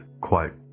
quote